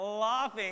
laughing